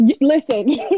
Listen